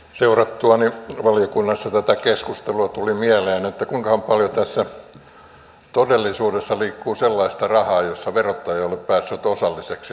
seurattuani valiokunnassa tätä keskustelua tuli mieleen että kuinkahan paljon tässä todellisuudessa liikkuu sellaista rahaa josta verottaja ei ole päässyt osalliseksi lainkaan